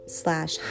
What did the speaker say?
slash